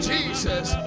Jesus